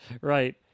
Right